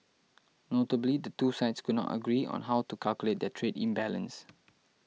notably the two sides could not agree on how to calculate their trade imbalance